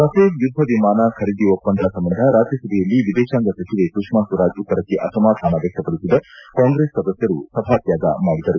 Rafale ಯುಧ್ಧವಿಮಾನ ಖರೀದಿ ಒಪ್ಪಂದ ಸಂಬಂಧ ರಾಜ್ಯಸಭೆಯಲ್ಲಿ ವಿದೇಶಾಂಗ ಸಚಿವೆ ಸುಷ್ಮಾ ಸ್ವರಾಜ್ ಉತ್ತರಕ್ಕೆ ಅಸಮಾಧಾನ ವ್ವಕ್ತಪಡಿಸಿದ ಕಾಂಗ್ರೆಸ್ ಸದಸ್ಕರು ಸಭಾ ತ್ಯಾಗ ಮಾಡಿದರು